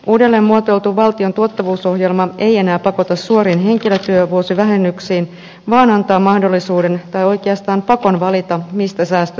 uudelleenmuotoiltu valtion tuottavuusohjelma ei enää pakota suoriin henkilötyövuosivähennyksiin vaan antaa mahdollisuuden tai oikeastaan pakon valita mistä säästöt otetaan